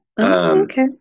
Okay